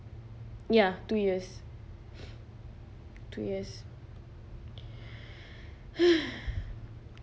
ya two years two years